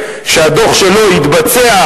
הנה,